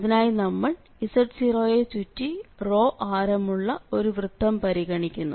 അതിനായി നമ്മൾ z0നെ ചുറ്റി ആരമുള്ള ഒരു വൃത്തം പരിഗണിക്കുന്നു